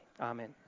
Amen